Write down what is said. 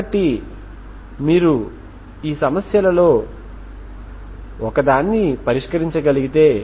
కాబట్టి λ2 ఐగెన్ విలువ కాదు